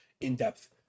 in-depth